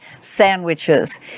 sandwiches